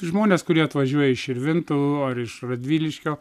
žmonės kurie atvažiuoja iš širvintų ar iš radviliškio